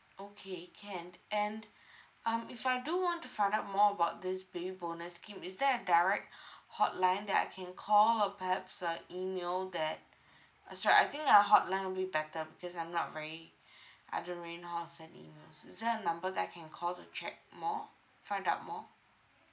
okay can and um if I do want to find out more about this baby bonus scheme is there a direct hotline that I can call or perhaps uh email that uh sorry I think a hotline would be better because I'm not very I don't really know how to send emails is there a number that I can call to check more find out more